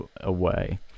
away